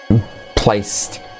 placed